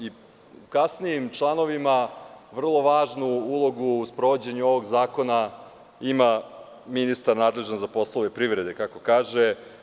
I kasnijim članovima vrlo važnu ulogu u sprovođenju ovog zakona ima ministar nadležan za poslove privrede, kako se kaže.